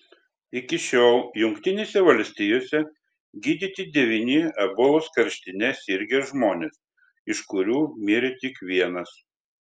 iki šiol jungtinėse valstijose gydyti devyni ebolos karštine sirgę žmonės iš kurių mirė tik vienas